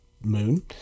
moon